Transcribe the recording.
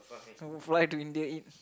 uh fly to India eat